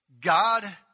God